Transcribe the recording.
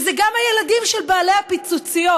ואלה גם הילדים של בעלי הפיצוציות.